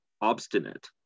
obstinate